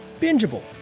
bingeable